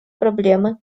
проблемы